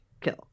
kill